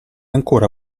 ancora